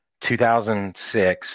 2006